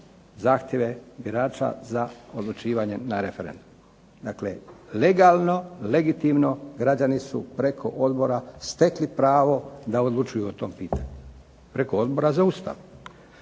zahtjeve birača za odlučivanje na referendumu. Dakle legalno, legitimno građani su preko odbora stekli pravo da odlučuju o tom pitanju, preko Odbora za Ustav.